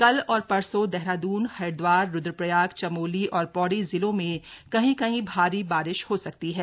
कल और परसो देहरादून हरिद्वार रुद्रप्रयाग चमोली और पौड़ी जिलों में कहीं कहीं भारी बारिश हो सकती है